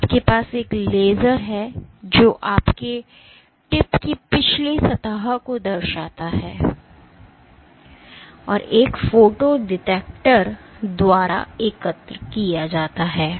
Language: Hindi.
तो आपके पास एक लेजर है जो आपके टिप की पिछली सतह को दर्शाता है और एक फोटो डिटेक्टर द्वारा एकत्र किया जाता है